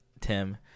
Tim